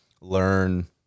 learn